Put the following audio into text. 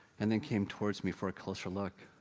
and then came towards me for a closer look.